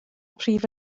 prif